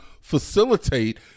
facilitate